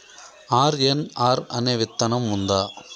RNR అనే విత్తనం ఉందా?